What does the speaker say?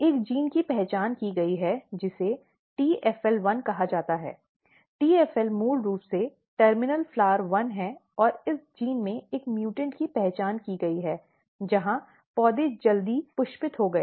एक जीन की पहचान की गई जिसे TFL1 कहा जाता है TFL मूल रूप से TERMINAL FLOWER1 है और इस जीन में एक म्यूटॅन्ट की पहचान की गई जहां पौधे जल्दी पुष्पित हो गए